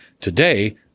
Today